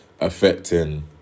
affecting